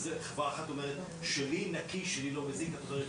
--- חברה אחת אומרת שלי נקי שלי לא מזיק או ---?